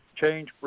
change